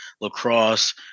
lacrosse